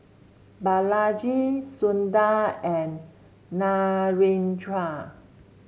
Balaji Sundar and Narendra